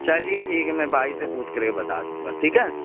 چلیے ٹھیک ہے میں بھائی سے پوچھ کر کے بتا دوں گا ٹھیک ہے